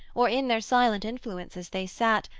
or in their silent influence as they sat,